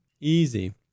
Easy